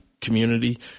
community